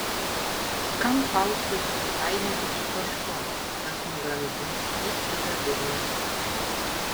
kam faustui susipainioti su kažkuo kas nugramzdins jį į bedugnę